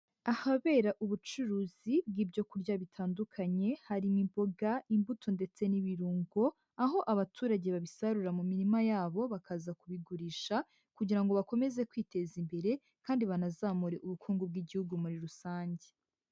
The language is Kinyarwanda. Ahabera ubucuruzi bw'ibyo kurya bitandukanye harimo imboga, imbuto ndetse n'ibirungo, aho abaturage babisarura mu mirima yabo bakaza kubigurisha kugira ngo bakomeze kwiteza imbere, kandi banazamure ubukungu bw'igihugu muri rusange.